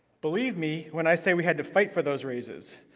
believe me when i say we had to fight for those raises.